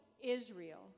Israel